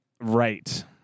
right